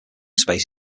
space